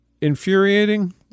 infuriating